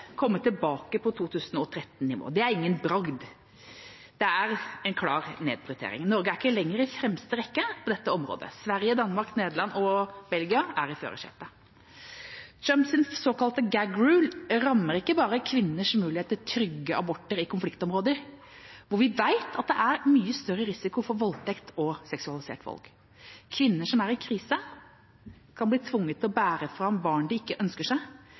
tilbake på 2013-nivå. Det er ingen bragd, det er en klar nedprioritering. Norge er ikke lenger i fremste rekke på dette området – Sverige, Danmark, Nederland og Belgia er i førersetet. Trumps såkalte «gag rule» rammer ikke bare kvinners mulighet til trygge aborter i konfliktområder, hvor vi vet at det er mye større risiko for voldtekt og seksualisert vold. Kvinner som er i krise, kan bli tvunget til å bære fram barn de ikke ønsker seg,